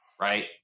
right